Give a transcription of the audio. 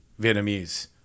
Vietnamese